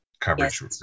coverage